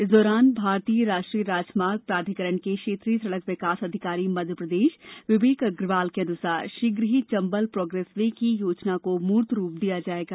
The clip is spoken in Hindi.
इस दौरान भारतीय राष्ट्रीय राजमार्ग प्राधिकरण के क्षेत्रीय सड़क विकास अधिकारी मध्यप्रदेश विवेक अग्रवाल के अनुसार शीघ्र ही चंबल प्रोगेस वे की योजना को मूर्तरूप दिया जाएगा